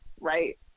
right